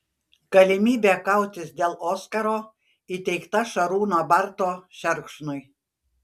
galimybė kautis dėl oskaro įteikta šarūno barto šerkšnui